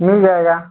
मिल जाएगा